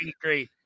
great